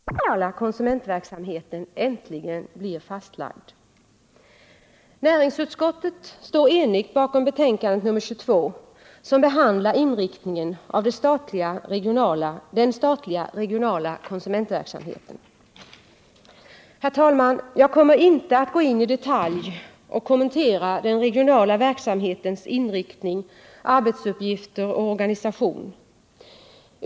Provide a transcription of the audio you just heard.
Herr talman! Låt mig först uttrycka min glädje över att det beslut som vi strax skall fatta betyder att organisationen för den regionala konsumentverksamheten äntligen blir fastlagd. Näringsutskottet står enigt bakom betänkandet nr 22, där inriktningen av den statliga regionala konsumentverksamheten behandlas. Herr talman! Jag kommer inte att i detalj kommentera den regionala verksamhetens inriktning, arbetsuppgifter och organisation.